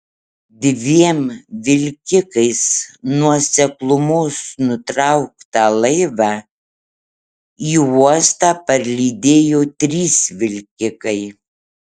dviem vilkikais nuo seklumos nutrauktą laivą į uostą parlydėjo trys vilkikai